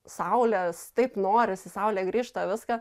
saulės taip norisi saulė grįžta viską